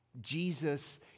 Jesus